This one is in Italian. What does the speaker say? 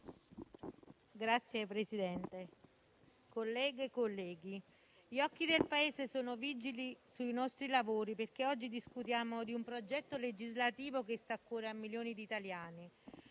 Signor Presidente, colleghe e colleghi, gli occhi del Paese sono vigili sui nostri lavori, perché oggi discutiamo di un progetto legislativo che sta a cuore a milioni di italiani.